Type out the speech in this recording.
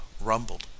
rumbled